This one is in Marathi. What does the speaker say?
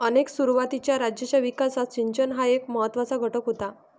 अनेक सुरुवातीच्या राज्यांच्या विकासात सिंचन हा एक महत्त्वाचा घटक होता